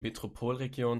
metropolregion